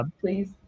please